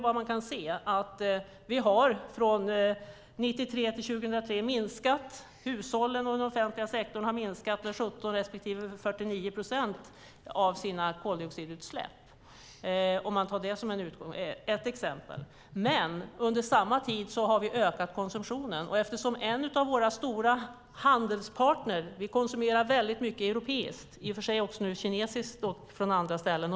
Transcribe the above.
Från 1993 till 2003 har hushållen och den offentliga sektorn minskat sina koldioxidutsläpp med 17 respektive 49 procent. Det är ett exempel. Men under samma tid har konsumtionen ökat. Vi konsumerar väldigt mycket europeiskt, och i och för sig nu också kinesiskt.